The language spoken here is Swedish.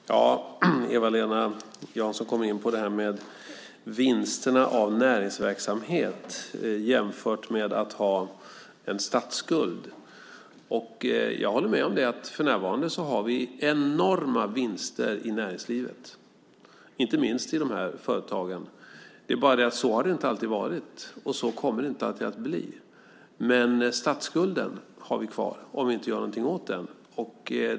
Fru talman! Eva-Lena Jansson kommer in på vinsterna från näringsverksamhet jämfört med att ha en statsskuld. Jag håller med om att vi för närvarande har enorma vinster i näringslivet, inte minst i de nu aktuella företagen. Men så har det inte alltid varit, och så kommer det inte alltid att förbli. Statsskulden har vi dock kvar om vi inte gör någonting åt den.